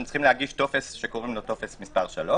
הם צריכים להגיש טופס מס' 3,